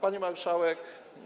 Pani Marszałek!